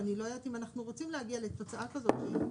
ואני לא יודעת אם אנחנו רוצים להגיע לתוצאה כזאת.